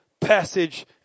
passage